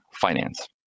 finance